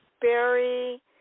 Berry